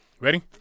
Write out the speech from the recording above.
Ready